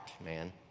man